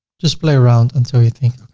just play around until you think,